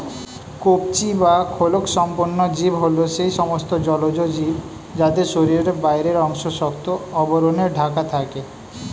কবচী বা খোলকসম্পন্ন জীব হল সেই সমস্ত জলজ জীব যাদের শরীরের বাইরের অংশ শক্ত আবরণে ঢাকা থাকে